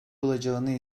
olacağını